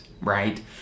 right